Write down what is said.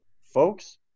folks